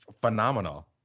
phenomenal